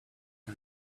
and